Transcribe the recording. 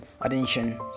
attention